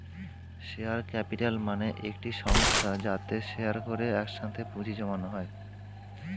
share capital মানে একটি সংস্থা যাতে শেয়ার করে একসাথে পুঁজি জমানো হয়